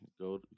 go